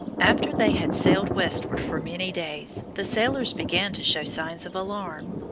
after they had sailed westward for many days, the sailors began to show signs of alarm,